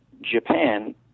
Japan